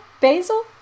Basil